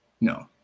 No